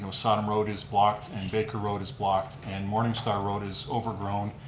so sodom road is blocked and baker road is blocked and morningstar road is overgrown,